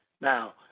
Now